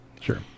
Sure